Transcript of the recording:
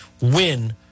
win